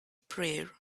prayer